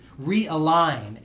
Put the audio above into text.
realign